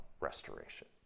restoration